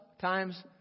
times